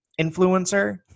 influencer